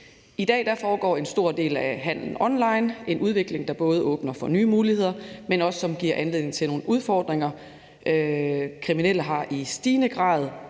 I dag foregår en stor del af handlen online; en udvikling, der både åbner for nye muligheder, men som også giver anledning til nogle udfordringer. Kriminelle har i stigende grad